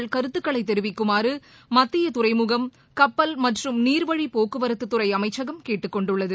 திருத்தம் கருத்துக்களைதெரிவிக்குமாறுமத்தியதுறைமுகம் கப்பல் மற்றம் நீர்வழிப்போக்குவரத்துத்துறைஅமைச்சகம் கேட்டுக்கொண்டுள்ளது